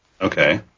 okay